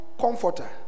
comforter